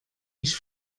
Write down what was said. ich